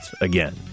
again